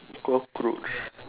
cockroach